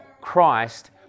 Christ